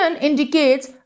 indicates